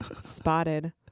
Spotted